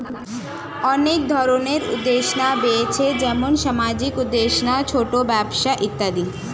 অনেক ধরনের উদ্যোক্তা রয়েছে যেমন সামাজিক উদ্যোক্তা, ছোট ব্যবসা ইত্যাদি